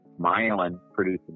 myelin-producing